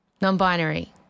non-binary